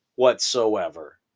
whatsoever